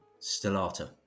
Stellata